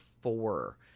four